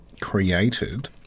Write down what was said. created